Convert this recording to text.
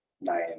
nine